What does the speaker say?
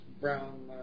brown